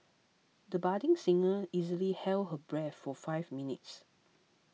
the budding singer easily held her breath for five minutes